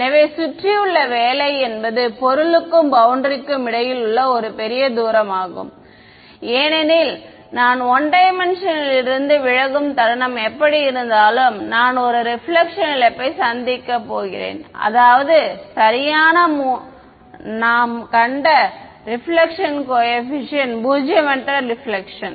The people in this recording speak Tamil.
எனவே சுற்றியுள்ள வேலை என்பது பொருளுக்கும் பௌண்டரி க்கும் இடையில் உள்ள பெரிய தூரமாகும் ஏனெனில் நான் 1D இலிருந்து விலகும் தருணம் எப்படியிருந்தாலும் நான் ஒரு ரிபிலக்ஷன் இழப்பை சந்திக்கப் போகிறேன் அதாவது சரியான முன் நாம் கண்ட ரெபிலெக்ஷன் கோஏபிசிஎன்ட் பூஜ்ஜியமற்ற ரெபிலெக்ஷன்